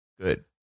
good